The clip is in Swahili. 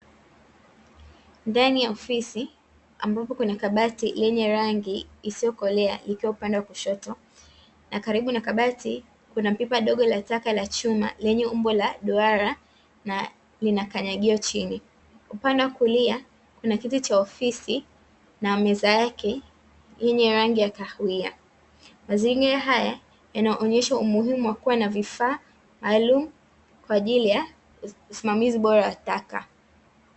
Ndani ya ofisi, ambapo kuna kabati lenye rangi isiokolea ikiwa upande wa kushoto, na karibu na kabati kuna pipa dogo la taka la chuma, lenye umbo la duara na lina kanyagio chini. Upande wa kulia kuna kiti cha ofisi na meza yake yenye rangi ya kahawia. Mazingira haya yanaonyesha umuhimu wa kuwa na vifaa maalumu kwa ajili ya usimamizi bora wa taka.